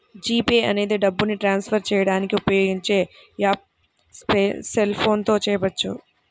G Pay అనేది డబ్బుని transfer చేయడానికి ఉపయోగించే యాప్పు సెల్ ఫోన్ తో చేయవచ్చు